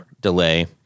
delay